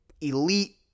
elite